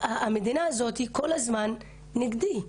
המדינה הזאת כל הזמן נגדי,